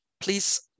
Please